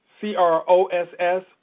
C-R-O-S-S